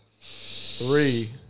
three